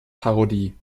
parodie